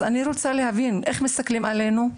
אז אני רוצה להבין, איך מסתכלים עלינו?